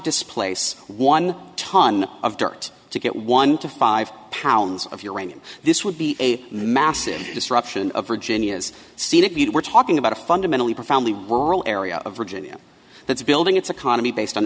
displace one ton of dirt to get one to five pounds of uranium this would be a massive disruption of virginia's scenic beauty we're talking about a fundamentally profoundly rural area of virginia that is building its economy based on